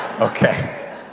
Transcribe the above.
Okay